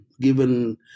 given